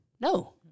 No